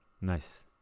Nice